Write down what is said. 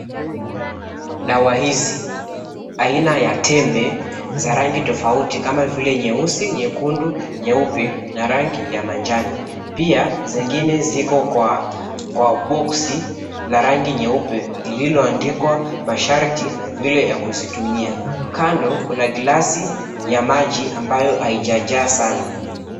Dawa hizi aina ya tembe za rangi tofauti kama vile nyeusi, nyekundu, nyeupe na rangi ya manjano. Pia zengine ziko kwa boxi la rangi nyeupe lililoandikwa masharti na vile ya kuzitumia, kando kuna glasi ya maji ambayo haijajaa sana.